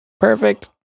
perfect